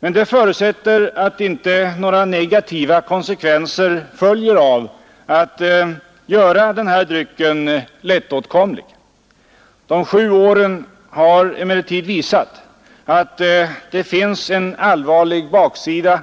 Men det förutsätter att inte några negativa konsekvenser följer av att göra den här drycken lättåtkomlig. De sju åren har emellertid visat att det finns en allvarlig baksida